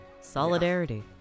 Solidarity